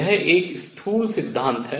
यह एक स्थूल सिद्धांत है